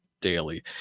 Daily